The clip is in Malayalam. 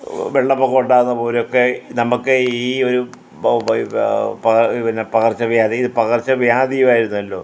വെള്ളപ്പൊക്കമുണ്ടാകുന്ന പോലെയൊക്കെ നമുക്ക് ഈ ഒരു പിന്നെ പ പകർച്ച വ്യാധി പകർച്ച വ്യാധിയുമായിരുന്നല്ലോ